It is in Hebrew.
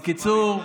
בקיצור,